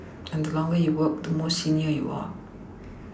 and the longer you work the more senior you are